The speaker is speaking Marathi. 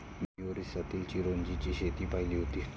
मी ओरिसातील चिरोंजीची शेती पाहिली होती